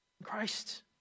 Christ